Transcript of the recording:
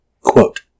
Quote